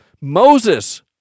Moses